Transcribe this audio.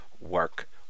work